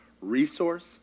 resource